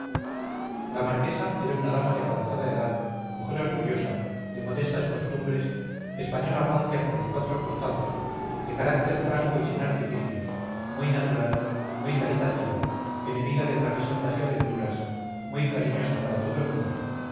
la marquesa era una dama de avanzada edad mujer orgullosa de modestas costumbres española rancia por los cuatro costados de carácter franco y sin artificios muy natural muy caritativa enemiga de trapisondas y aventuras muy cariñosa para todo el mundo